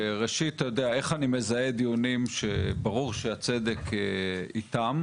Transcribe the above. ראשית אתה יודע איך אני מזהה דיונים שברור שהצדק איתם?